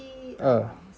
二